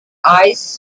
eyes